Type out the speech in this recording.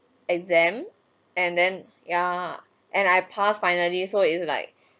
exam and then yeah and I passed finally so it's like